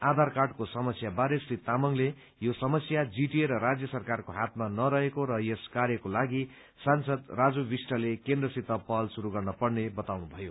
आधार कार्डको समस्या बारे श्री तामाङले यो समस जीटीए र राज्य सरकारको हातमा नहरेको र यस कार्यको लागि सांसद राजु विष्टले केन्द्रसित पहल शुरू गर्न पर्ने बताउनु भयो